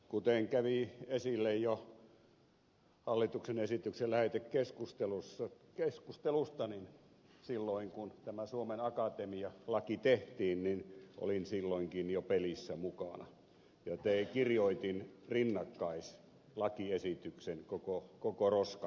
kuten kävi esille jo hallituksen esityksen lähetekeskustelusta niin silloin kun suomen akatemia laki tehtiin olin silloinkin jo pelissä mukana ja kirjoitin rinnakkaislakiesityksen koko roskan